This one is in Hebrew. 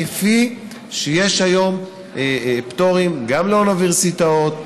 כפי שיש היום פטורים גם לאוניברסיטאות,